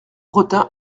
retint